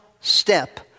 step